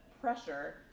pressure